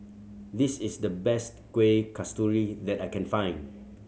this is the best Kueh Kasturi that I can find